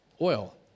oil